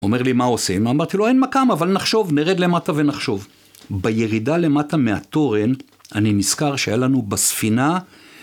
הוא אומר לי, מה עושים? אני אמרתי לו, אין מכם, אבל נחשוב, נרד למטה ונחשוב. בירידה למטה מהתורן, אני נזכר שהיה לנו בספינה...